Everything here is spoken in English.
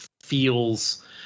feels